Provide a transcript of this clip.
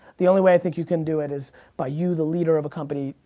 the only way i think you can do it is by you, the leader of a company,